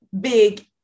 big